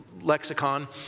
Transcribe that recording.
lexicon